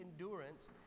endurance